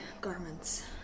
garments